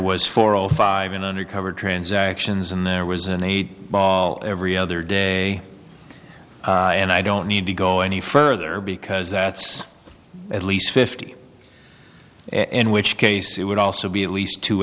was four o five in undercover transactions and there was an eight ball every other day and i don't need to go any further because that's at least fifty in which case it would also be at least two